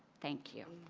thank you.